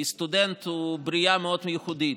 כי סטודנט הוא ברייה מאוד ייחודית.